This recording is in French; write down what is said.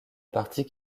partie